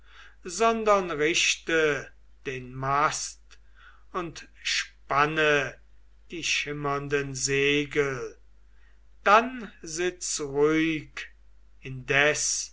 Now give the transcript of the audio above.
sondern richte den mast und spanne die schimmernden segel dann sitz ruhig indes